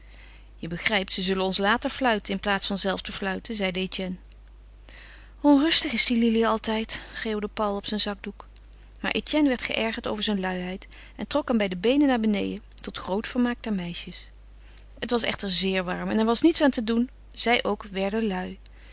je begrijpt ze zullen ons laten fluiten in plaats van zelf te fluiten zeide etienne onrustig is die lili altijd geeuwde paul op zijn zakdoek maar etienne werd geërgerd over zijn luiheid en trok hem bij de beenen naar beneden tot groot vermaak der meisjes het was echter zeer warm en er was niets aan te doen zij ook werden lui